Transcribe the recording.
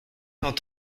cent